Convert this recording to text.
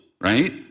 right